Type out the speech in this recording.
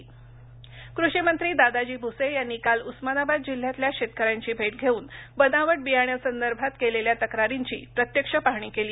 दादा भुसे कृषिमंत्री दादाजी भुसे यांनी काल उस्मानाबाद जिल्ह्यातल्या शेतकऱ्यांची भेट घेऊन बनावट बियाण्यांसंदर्भात केलेल्या तक्रारींची प्रत्यक्ष पाहणी केली